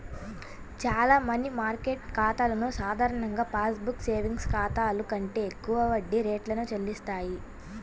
చాలా money market ఖాతాలు సాధారణ పాస్ బుక్ సేవింగ్స్ ఖాతాల కంటే ఎక్కువ వడ్డీ రేటును చెల్లిస్తాయి